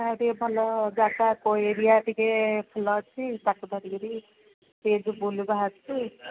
ଆଉ ଟିକେ ଭଲ ଜାଗା କେଉଁ ଏରିଆ ଟିକେ ଭଲ ଅଛି ତାକୁ ଧରିକିରି ଟିକେ ଯିବୁ ବୋଲି ବାହରିଛୁ